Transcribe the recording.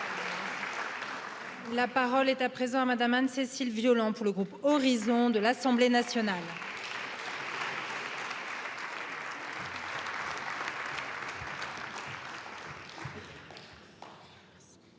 à présent à madame anne cécile violent pour le groupe horizon de l'assemblée nationale